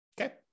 okay